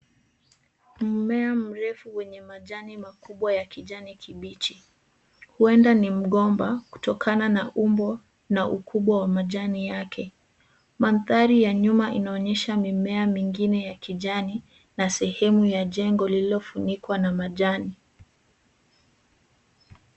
Mmea mrefu wenye majani makubwa ya kijani kibichi, huenda ni mgomba kutokana na umbo na ukubwa wa maĵani yake. Mandhari ya nyuma inaonyesha mimea mingine ya kijani na sehemu ya jengo lililofunikwa na majani.